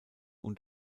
und